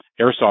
airsoft